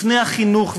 לפני החינוך,